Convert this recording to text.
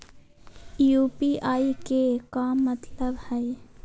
UPI के का मतलब हई?